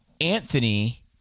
Anthony